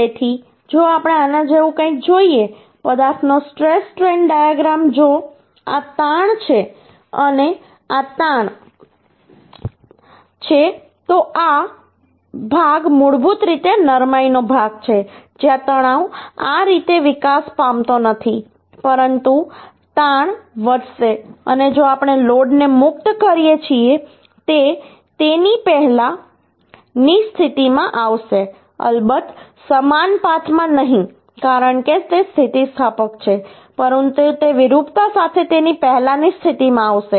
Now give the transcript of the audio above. તેથી જો આપણે આના જેવું કંઈક જોઈએ પદાર્થનો સ્ટ્રેશ સ્ટ્રેઇન ડાયાગ્રામ જો આ તાણ છે અને આ તાણ છે તો આ ભાગ મૂળભૂત રીતે નરમાઈ નો ભાગ છે જ્યાં તણાવ આ રીતે વિકાસ પામતો નથી પરંતુ તાણ વધશે અને જો આપણે લોડને મુક્ત કરીએ છીએ તે તેની પહેલાની સ્થિતિમાં આવશે અલબત્ત સમાન પાથમાં નહીં કારણ કે તે સ્થિતિસ્થાપક છે પરંતુ તે વિરૂપતા સાથે તેની પહેલાની સ્થિતિમાં આવશે